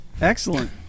Excellent